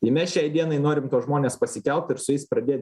tai mes šiai dienai norim tuos žmones pasikelt ir su jais pradėt